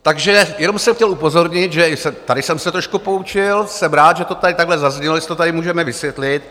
Takže jenom jsem chtěl upozornit, že i tady jsem se trošku poučil, jsem rád, že to tady takhle zaznělo, že si to tady můžeme vysvětlit.